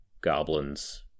goblins